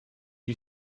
you